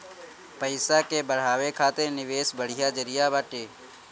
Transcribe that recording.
पईसा के बढ़ावे खातिर निवेश बढ़िया जरिया बाटे